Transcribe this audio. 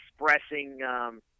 expressing –